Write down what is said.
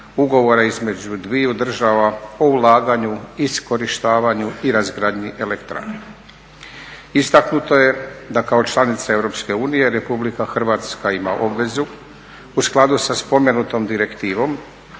Ugovora između dviju država o ulaganju, iskorištavanju i razgradnji elektrane. Istaknuto je da kao članica EU Republika Hrvatska ima obvezu u skladu sa spomenutom direktivom